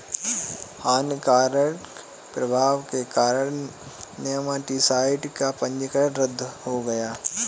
हानिकारक प्रभाव के कारण नेमाटीसाइड का पंजीकरण रद्द हो गया